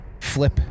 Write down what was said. flip